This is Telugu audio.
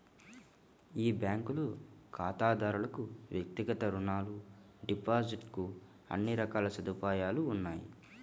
ఈ బ్యాంకులో ఖాతాదారులకు వ్యక్తిగత రుణాలు, డిపాజిట్ కు అన్ని రకాల సదుపాయాలు ఉన్నాయి